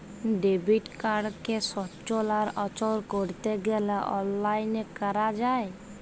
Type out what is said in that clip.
debit কাড়কে সচল আর অচল ক্যরতে গ্যালে অললাইল ক্যরা যায়